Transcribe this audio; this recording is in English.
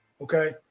okay